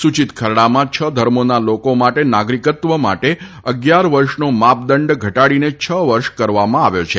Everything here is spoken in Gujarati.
સુચિત ખરડામાં છ ધર્મોના લોકો માટે નાગરીકત્વ માટે અગીયાર વર્ષનો માપદંડ ઘટાડીને છ વર્ષ કરવામાં આવ્યો છે